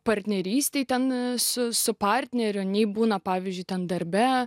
partnerystei ten su partneriu nei būna pavyzdžiui ten darbe